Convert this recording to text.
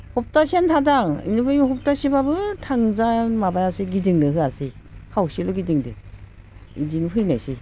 सप्तासेयानो थादों आं बेनिफ्राय सप्तासेबाबो थांजा माबायासै गिदिंनो होआसै खावसेल' गिदिंदो बिदिनो फैनायसै